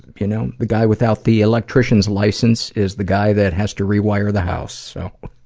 you know the guy without the electrician's license is the guy that has to rewire the house so.